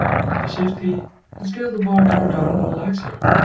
the shift key and scale the bar code down like so.